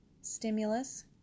stimulus